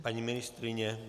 Paní ministryně?